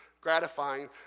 gratifying